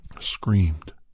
screamed